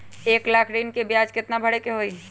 एक लाख ऋन के ब्याज केतना भरे के होई?